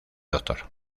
doctor